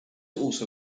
also